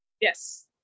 Yes